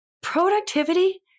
productivity